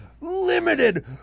limited